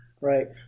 Right